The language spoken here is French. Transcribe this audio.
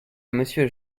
monsieur